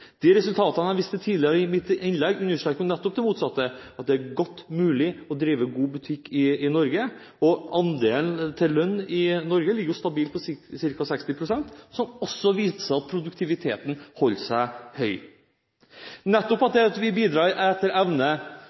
De resultatene jeg viste til tidligere i mitt innlegg, understreker nettopp det motsatte, at det er mulig å drive god butikk i Norge. Andelen til lønn i Norge ligger stabilt på ca. 60 pst., noe som også viser at produktiviteten holder seg høy. Nettopp det at vi bidrar etter evne,